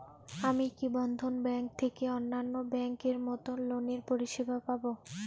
আমি কি বন্ধন ব্যাংক থেকে অন্যান্য ব্যাংক এর মতন লোনের পরিসেবা পাব?